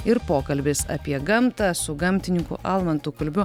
ir pokalbis apie gamtą su gamtininku almantu kulbiu